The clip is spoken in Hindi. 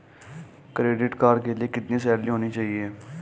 क्रेडिट कार्ड के लिए कितनी सैलरी होनी चाहिए?